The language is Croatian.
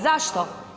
Zašto?